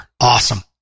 awesome